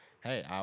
Hey